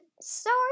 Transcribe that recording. sorry